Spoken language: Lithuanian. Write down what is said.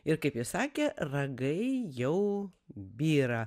ir kaip jis sakė ragai jau byra